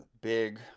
big